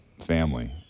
family